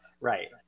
Right